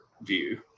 view